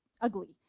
ugly